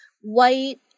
white